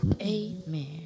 Amen